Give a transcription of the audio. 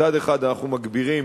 מצד אחד, אנחנו מגבירים